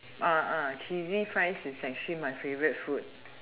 cheesy fries is actually my favorite food